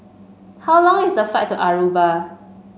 how long is the flight to Aruba